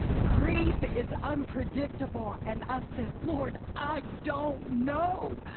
grief is unpredictable, and i said, lord, i don't know.